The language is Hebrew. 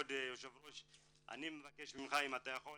כבוד היושב ראש, אני מבקש ממך אם אתה יכול